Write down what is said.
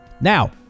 Now